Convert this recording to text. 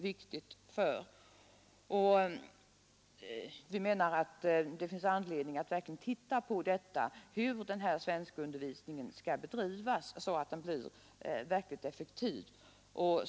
Vi anser att det finns anledning att verkligen se över hur svenskundervisningen skall bedrivas så att den blir effektiv.